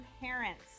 parents